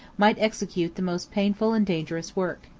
might execute the most painful and dangerous work.